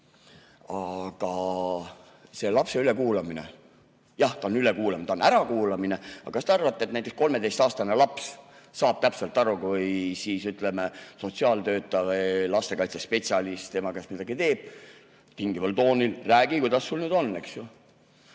Aga see lapse ülekuulamine? Jah, see on ülekuulamine, see on ärakuulamine, aga kas te arvate, et näiteks 13-aastane laps saab täpselt aru, kui sotsiaaltöötaja või lastekaitsespetsialist temaga midagi räägib tungival toonil: räägi, kuidas sul nüüd on! Eesti